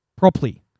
Properly